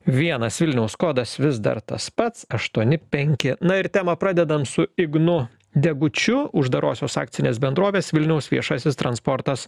vienas vilniaus kodas vis dar tas pats aštuoni penki na ir temą pradedam su ignu degučiu uždarosios akcinės bendrovės vilniaus viešasis transportas